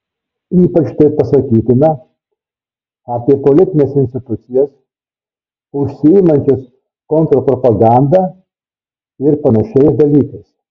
ypač tai pasakytina apie politines institucijas užsiimančias kontrpropaganda ir panašiais dalykais